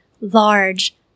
large